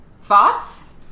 Thoughts